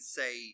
say